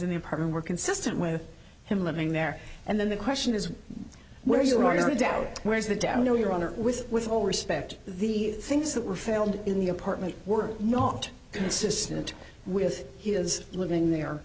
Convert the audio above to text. in the apartment were consistent with him living there and then the question is where you are going to doubt where is the down no your honor with with all respect the things that were found in the apartment were not consistent with he is living there